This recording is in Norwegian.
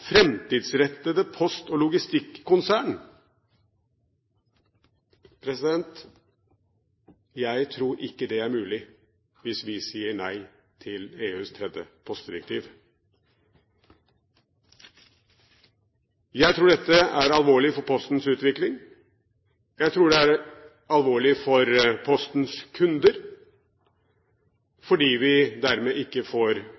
post- og logistikkonsern. Jeg tror ikke det er mulig hvis vi sier nei til EUs tredje postdirektiv. Jeg tror dette er alvorlig for Postens utvikling. Jeg tror det er alvorlig for Postens kunder, fordi vi dermed ikke får